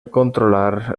controlar